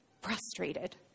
frustrated